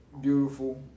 beautiful